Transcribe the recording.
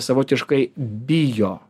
savotiškai bijo